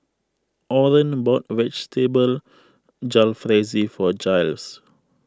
Orren bought Vegetable Jalfrezi for Jiles